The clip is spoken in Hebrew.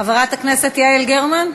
חברת הכנסת יעל גרמן?